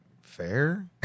fair